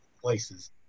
places